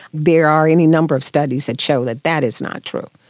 there are any number of studies that show that that is not true.